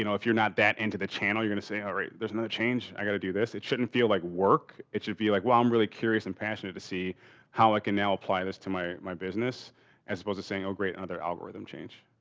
you know if you're not that into the channel, you're gonna say, alright, there's no change. i got to do this. it shouldn't feel like work. it should be like well, i'm really curious and passionate to see how i can now apply this to my my business as opposed to saying oh, great, another algorithm change.